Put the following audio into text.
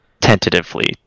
tentatively